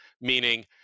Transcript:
meaning